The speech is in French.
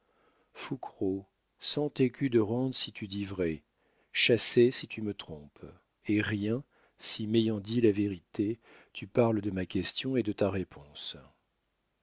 fouquereau cent écus de rente si tu dis vrai chassé si tu me trompes et rien si m'ayant dit la vérité tu parles de ma question et de ta réponse